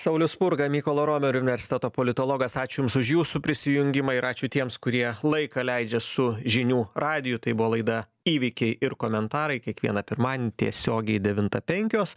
saulius spurga mykolo romerio universiteto politologas ačiū jums už jūsų prisijungimą ir ačiū tiems kurie laiką leidžia su žinių radiju tai buvo laida įvykiai ir komentarai kiekvieną pirmadienį tiesiogiai devintą penkios